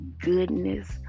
goodness